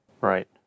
Right